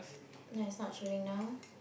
ya it's not showing now